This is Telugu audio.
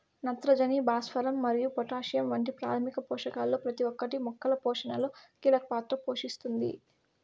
నత్రజని, భాస్వరం మరియు పొటాషియం వంటి ప్రాథమిక పోషకాలలో ప్రతి ఒక్కటి మొక్కల పోషణలో కీలక పాత్ర పోషిస్తుంది